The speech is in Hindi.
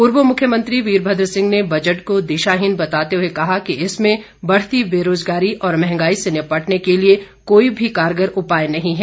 पूर्व मुख्यमंत्री वीरभद्र सिंह ने बजट को दिशाहीन बताते हुए कहा कि इसमें बढ़ती बेरोजगारी और महंगाई से निपटने के लिए कोई भी कारगर उपाय नहीं है